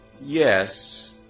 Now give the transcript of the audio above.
Yes